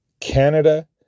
Canada